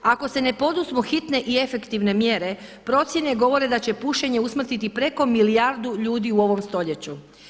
Ako se ne poduzmu hitne i efektivne mjere procjene govore da će pušenje usmrtiti preko milijardi ljudi u ovom stoljeću.